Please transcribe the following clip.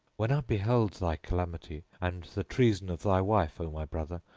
when i beheld thy calamity and the treason of thy wife, o my brother,